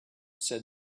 said